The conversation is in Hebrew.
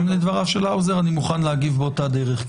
גם לדבריו של האוזר אני מוכן להגיב באותה דרך.